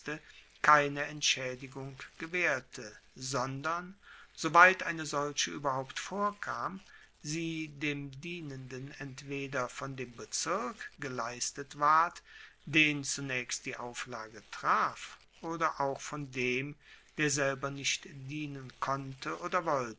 keine entschaedigung gewaehrte sondern soweit eine solche ueberhaupt vorkam sie dem dienenden entweder von dem bezirk geleistet ward den zunaechst die auflage traf oder auch von dem der selber nicht dienen konnte oder